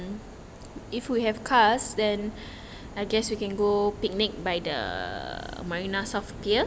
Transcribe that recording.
if we have car then I guess we can go picnic by the marina south pier